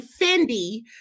Fendi